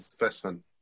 investment